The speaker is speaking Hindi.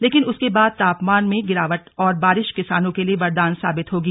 लेकिन उसके बाद तापमान में गिरावट और बारिश किसानों के लिए वरदान साबित हो होगी